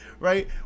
Right